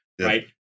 right